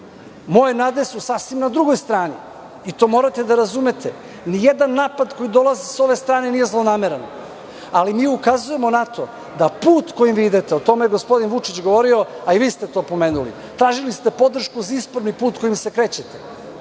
moje nade su sasvim na drugoj strani, i to morate da razumete. Ni jedan napad koji dolazi sa ove strane nije zlonameran, ali mi ukazujemo na to da put kojim vi idete, o tome je gospodin Vučić govorio, a i vi ste to pomenuli, tražili ste podršku za izborni put kojim se krećete. Ono